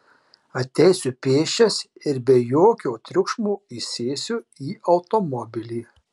ateisiu pėsčias ir be jokio triukšmo įsėsiu į automobilį